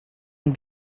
and